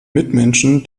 mitmenschen